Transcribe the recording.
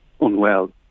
unwell